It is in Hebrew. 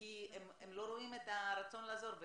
כי הם לא רואים את הרצון לעזור.